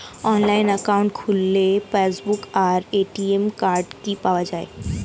Online account খুললে passbook আর ATM card কি পাওয়া যায়?